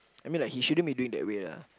I mean like he shouldn't be doing that way lah